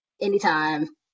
anytime